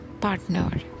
partner